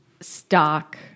stock